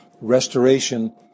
restoration